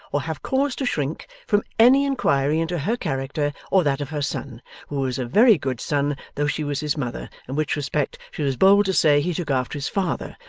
or have cause to shrink, from any inquiry into her character or that of her son, who was a very good son though she was his mother, in which respect, she was bold to say, he took after his father,